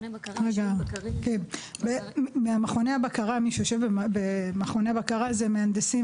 בעצם מי שיושב במכוני הבקרה הם מהנדסים